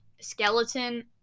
skeleton